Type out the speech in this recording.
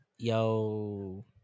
yo